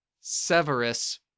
Severus